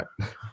right